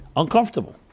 uncomfortable